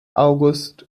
august